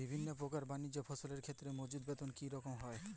বিভিন্ন প্রকার বানিজ্য ফসলের ক্ষেত্রে মজুর বেতন কী রকম হয়?